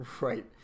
right